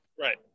right